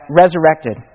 resurrected